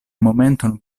momenton